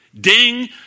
Ding